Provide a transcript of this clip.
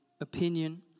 opinion